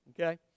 okay